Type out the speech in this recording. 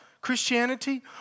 Christianity